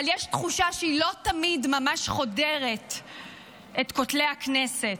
אבל יש תחושה שהיא לא תמיד ממש חודרת את כותלי הכנסת.